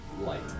light